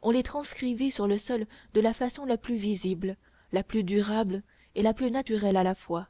on les transcrivit sur le sol de la façon la plus visible la plus durable et la plus naturelle à la fois